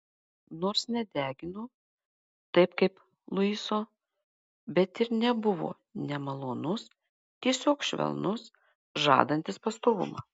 nors nedegino taip kaip luiso bet ir nebuvo nemalonus tiesiog švelnus žadantis pastovumą